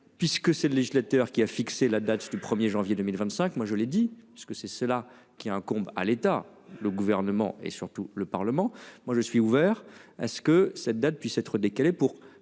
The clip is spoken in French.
puisque c'est le législateur qui a fixé la date du 1er janvier 2025. Moi je l'ai dit ce que c'est cela qui incombe à l'État, le gouvernement et surtout le Parlement. Moi je suis ouvert à ce que cette date puisse être décalé pour